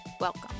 Welcome